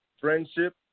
Friendship